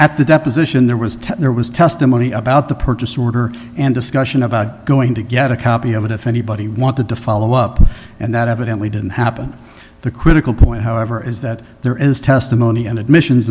at the deposition there was techno was testimony about the purchase order and discussion about going to get a copy of it if anybody wanted to follow up and that evidently didn't happen the critical point however is that there is testimony and admissions